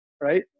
Right